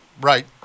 right